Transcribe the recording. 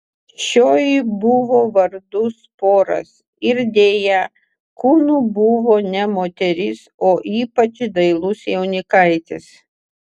šioji buvo vardu sporas ir deja kūnu buvo ne moteris o ypač dailus jaunikaitis